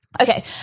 Okay